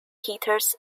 heaters